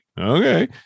Okay